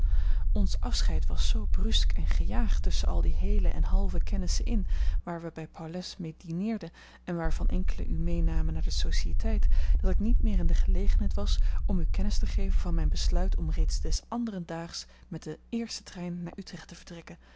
ons afscheid was zoo brusk en gejaagd tusschen al die heele en halve kennissen in waar we bij paulez mee dineerden en waarvan enkelen u meenamen naar de sociëteit dat ik niet meer in de gelegenheid was om u kennis te geven van mijn besluit om reeds des anderen daags met den eersten trein naar utrecht te vertrekken